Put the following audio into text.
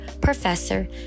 professor